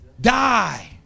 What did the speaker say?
die